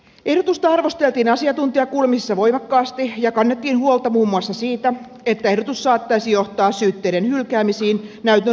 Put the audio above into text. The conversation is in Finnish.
ehdotusta arvosteltiin asiantuntijakuulemisissa voimakkaasti ja kannettiin huolta muun muassa siitä että ehdotus saattaisi johtaa syytteiden hylkäämisiin näytön riittämättömyyden vuoksi